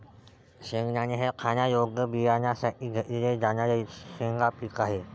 शेंगदाणा हे खाण्यायोग्य बियाण्यांसाठी घेतले जाणारे शेंगा पीक आहे